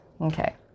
okay